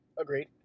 Agreed